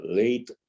late